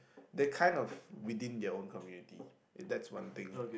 they kind of within their own community if that's one thing